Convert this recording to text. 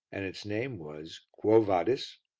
and its name was quo vadis?